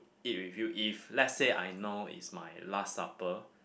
eat with you if let's say I know is my last supper